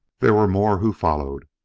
there were more who followed.